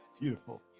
Beautiful